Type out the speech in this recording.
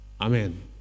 Amen